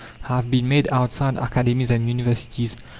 have been made outside academies and universities,